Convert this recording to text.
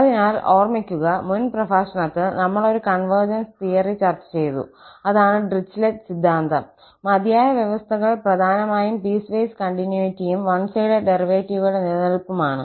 അതിനാൽ ഓർമിക്കുക മുൻ പ്രഭാഷണത്തിൽ നമ്മൾ ഒരു കൺവെർജൻസ് തിയറി ചർച്ച ചെയ്തു അതാണ് ഡിറിച്ലെറ്റ് സിദ്ധാന്തം മതിയായ വ്യവസ്ഥകൾ പ്രധാനമായും പീസ്വേസ് കണ്ടിന്യൂറ്റിയും വൺ സൈഡെഡ് ഡെറിവേറ്റീവുകളുടെ നിലനിൽപ്പും ആണ്